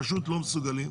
פשוט לא מסוגלים.